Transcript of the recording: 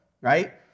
right